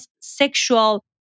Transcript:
sexual